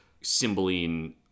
Cymbeline